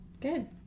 Good